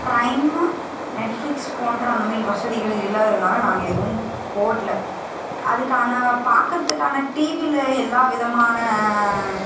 prime Netflix போன்ற அந்த மாதிரி வசதிகள் இல்லாததனால நாங்கள் எதுவும் போடல அதுக்கான பார்க்குறதுக்கான டிவியில எல்லா விதமான